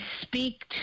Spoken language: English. speak